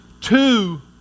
two